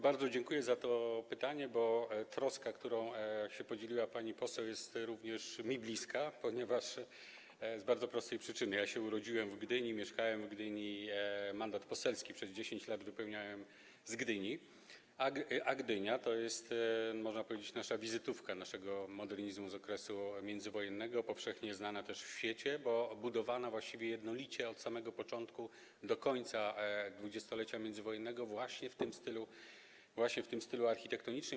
Bardzo dziękuję za to pytanie, bo troska, którą się podzieliła pani poseł, jest również mi bliska, z bardzo prostej przyczyny - ja się urodziłem w Gdyni, mieszkałem w Gdyni i mandat poselski przez 10 lat wypełniałem z Gdyni, a Gdynia to jest, można powiedzieć, nasza wizytówka modernizmu z okresu międzywojennego, powszechnie znana też w świecie, bo budowana właściwie jednolicie od samego początku do końca 20-lecia międzywojennego właśnie w tym stylu architektonicznym.